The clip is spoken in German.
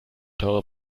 teure